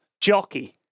jockey